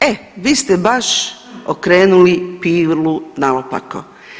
E vi ste baš okrenuli pilu naopako.